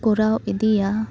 ᱠᱚᱨᱟᱣ ᱤᱫᱤᱭᱟ